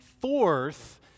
fourth